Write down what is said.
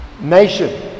nation